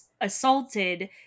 assaulted